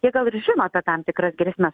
jie gal ir žino apie tam tikras grėsmes